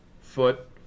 foot